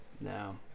No